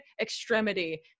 Extremity